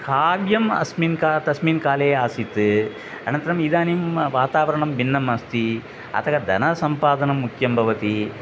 काव्यम् अस्मिन् क तस्मिन्काले आसीत् अनन्तरम् इदानीं वातावरणं भिन्नम् अस्ति अतः धनसम्पादनं मुख्यं भवति